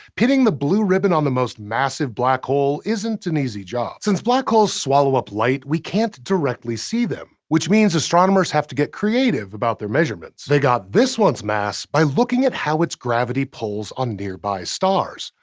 pinning the blue ribbon on the most massive black hole isn't an easy job. since black holes swallow up light, we can't directly see them, which means astronomers have to get creative about their measurements. they got this one's mass by looking at how its gravity pulls on nearby stars.